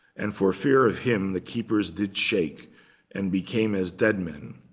and for fear of him, the keepers did shake and became as dead men.